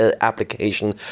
application